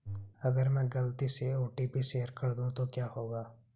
अगर मैं गलती से ओ.टी.पी शेयर कर दूं तो क्या होगा?